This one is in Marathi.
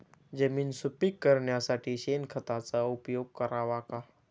जमीन सुपीक करण्यासाठी शेणखताचा उपयोग करावा का?